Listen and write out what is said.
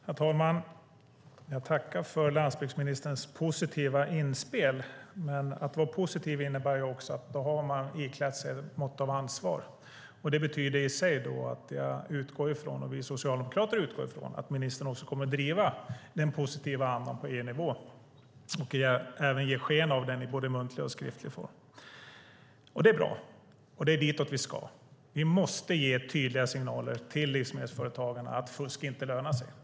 Herr talman! Jag tackar för landsbygdsministerns positiva inspel, men att vara positiv innebär också att man har iklätt sig ett mått av ansvar. Det betyder att vi socialdemokrater kommer att utgå från att ministern kommer att driva den positiva andan på EU-nivå både muntligt och skriftligt. Det är bra, och det är ditåt vi ska. Vi måste ge tydliga signaler till livsmedelsföretagarna att fusk inte lönar sig.